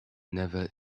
never